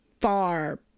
far